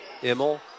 Immel